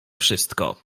wszystko